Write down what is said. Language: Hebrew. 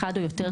אחד או יותר,